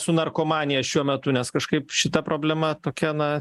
su narkomanija šiuo metu nes kažkaip šita problema tokia na